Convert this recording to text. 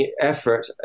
effort